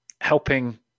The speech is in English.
helping